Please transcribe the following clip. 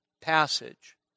passage